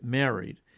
married